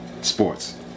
Sports